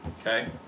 okay